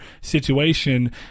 situation